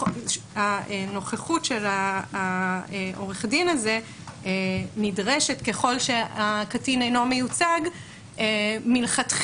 הנוכחות של העורך דין הזה נדרשת ככל שהקטין אינו מיוצג מלכתחילה.